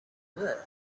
were